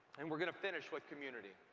and we're going to finish with community.